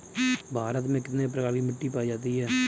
भारत में कितने प्रकार की मिट्टी पायी जाती है?